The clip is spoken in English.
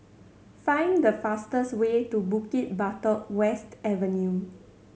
find the fastest way to Bukit Batok West Avenue